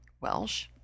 Welsh